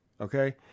Okay